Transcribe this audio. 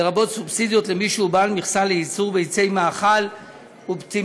לרבות סובסידיות למי שהוא בעל מכסה לייצור ביצי מאכל ופטמים.